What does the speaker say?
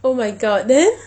oh my god then